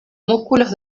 músculos